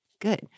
good